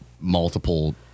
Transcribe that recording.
multiple